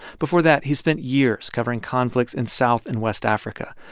before that, he spent years covering conflicts in south and west africa,